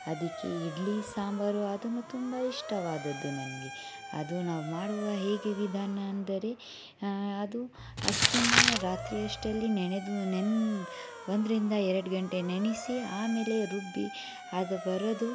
ಅದಿಕ್ಕೆ ಇಡ್ಲಿ ಸಾಂಬಾರು ಅದನ್ನು ತುಂಬ ಇಷ್ಟವಾದದ್ದು ನನಗೆ ಅದು ನಾವು ಮಾಡುವ ಹೇಗೆ ವಿಧಾನ ಅಂದರೆ ಅದು ಅಕ್ಕಿನ ರಾತ್ರಿ ಅಷ್ಟ್ರಲ್ಲಿ ನೆನೆದು ನೆನೆ ಒಂದರಿಂದ ಎರಡು ಗಂಟೆ ನೆನೆಸಿ ಆಮೇಲೆ ರುಬ್ಬಿ ಅದು ಬರೋದು